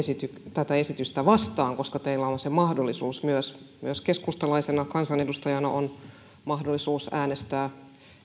tätä esitystä vastaan koska teillä on se mahdollisuus myös myös keskustalaisella kansanedustajalla on mahdollisuus äänestää